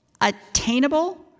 attainable